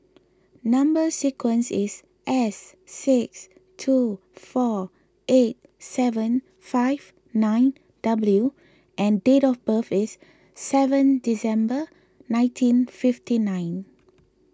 Number Sequence is S six two four eight seven five nine W and date of birth is seven December nineteen fifty nine